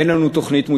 אין לנו תוכנית מושלמת.